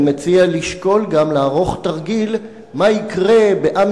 אני מציע לשקול גם לערוך תרגיל מה יקרה בעם